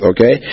Okay